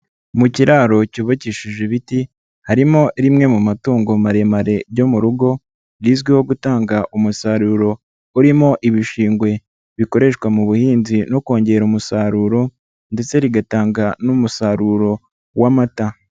Mu kiraro cyubakishije ibiti harimo rimwe mu matungo maremare ryo mu rugo, rizwiho gutanga umusaruro urimo ibishingwe bikoreshwa mu buhinzi no kongera umusaruro ndetse rigatanga n'umusaruro w'amata.